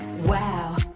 Wow